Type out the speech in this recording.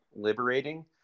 liberating